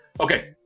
Okay